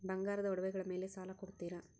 ಬಂಗಾರದ ಒಡವೆಗಳ ಮೇಲೆ ಸಾಲ ಕೊಡುತ್ತೇರಾ?